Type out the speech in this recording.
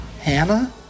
Hannah